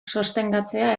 sostengatzea